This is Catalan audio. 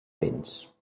béns